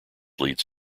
leads